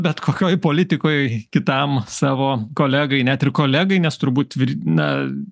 bet kokioj politikoj kitam savo kolegai net ir kolegai nes turbūt na